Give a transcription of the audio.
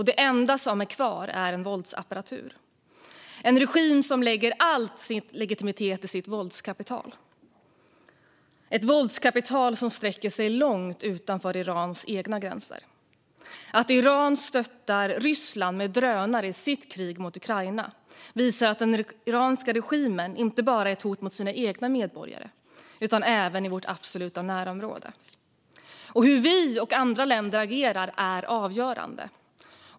Det enda som är kvar är en våldsapparatur. Det är en regim som lägger all sin legitimitet i sitt våldskapital, vilket sträcker sig långt utanför Irans egna gränser. Att Iran stöttar Ryssland med drönare i kriget mot Ukraina visar att den iranska regimen inte bara är ett hot mot sina egna medborgare utan även i vårt absoluta närområde. Hur vi och andra länder agerar är avgörande.